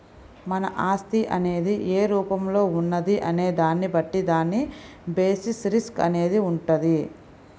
మన ఆస్తి అనేది ఏ రూపంలో ఉన్నది అనే దాన్ని బట్టి దాని బేసిస్ రిస్క్ అనేది వుంటది